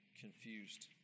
confused